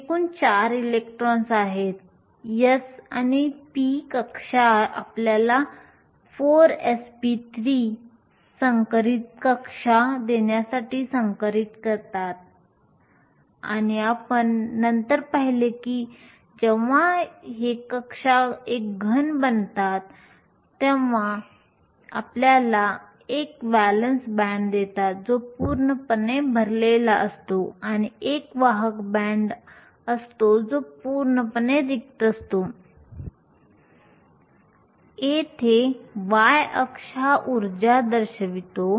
एकूण 4 इलेक्ट्रॉन्स आहेत s आणि p कक्षा आपल्याला 4 sp3 संकरित कक्षा देण्यासाठी संकरित करतात आणि आपण नंतर पाहिले की जेव्हा या कक्षा एक घन बनतात तेव्हा आपल्याला एक व्हॅलेन्स बँड देतात जो पूर्णपणे भरलेला असतो आणि एक वाहक बँड जो पूर्णपणे रिक्त असतो